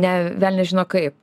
ne velnias žino kaip